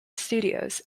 studios